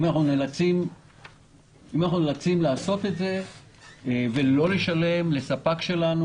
אם אנחנו נאלצים לעשות את זה ולא לשלם לספק שלנו